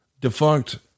defunct